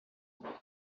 que